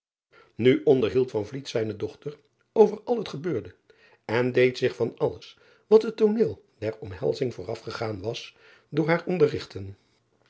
u onderhield zijne dochter over al het gebeurde en deed zich van alles wat het tooneel der omhelzing voorafgegaan was door haar